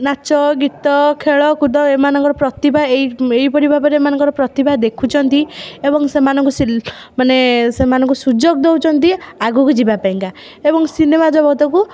ନାଚ ଗୀତ ଖେଳକୁଦ ଏମାନଙ୍କର ପ୍ରତିଭା ଏହି ଏହିପରି ଭାବରେ ଏମାନଙ୍କର ପ୍ରତିଭା ଦେଖୁଛନ୍ତି ଏବଂ ସିଲେ ମାନେ ସେମାନଙ୍କୁ ସୁଯୋଗ ଦେଉଛନ୍ତି ଆଗକୁ ଯିବା ପାଇଁକା ଏବଂ ସିନେମା ଜଗତକୁ